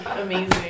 amazing